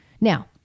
now